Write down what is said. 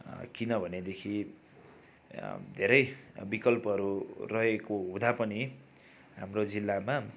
किनभनेदेखि धेरै विकल्पहरू रहेको हुँदा पनि हाम्रो जिल्लामा